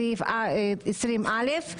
סעיף 20א,